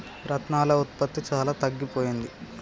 రత్నాల ఉత్పత్తి చాలా తగ్గిపోయింది